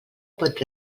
pot